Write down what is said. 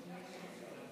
לוי.